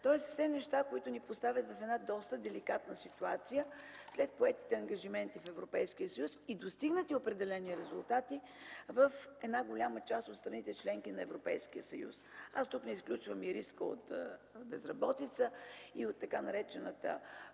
са все неща, които ни поставят в доста деликатна ситуация след поетите ангажименти в Европейския съюз и достигнати определени резултати в голяма част от страните – членки на Европейския съюз. Тук изключвам риска от безработица, и от тъй наречената